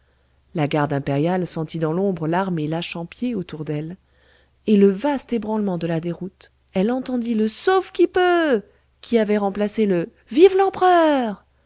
la garde impériale sentit dans l'ombre l'armée lâchant pied autour d'elle et le vaste ébranlement de la déroute elle entendit le sauve-qui-peut qui avait remplacé le vive l'empereur